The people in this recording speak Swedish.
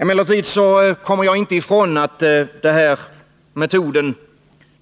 Emellertid kommer jag inte ifrån att den här metoden